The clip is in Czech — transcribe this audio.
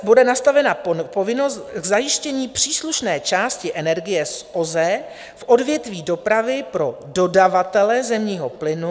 Bude nastavena povinnost k zajištění příslušné části energie z OZE v odvětví dopravy pro dodavatele zemního plynu.